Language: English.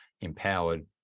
empowered